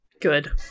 Good